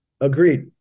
Agreed